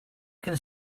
can